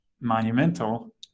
Monumental